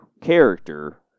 character